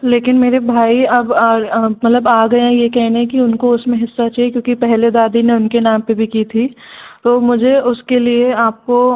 लेकिन मेरे भाई अब मतलब आ गए हैं ये कहने कि उनको उसमें हिस्सा चाहिए क्योंकि पहले दादी ने उनके नाम पे भी की थी तो मुझे उसके लिए आपको